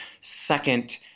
Second